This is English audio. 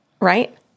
Right